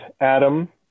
adam